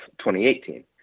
2018